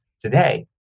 today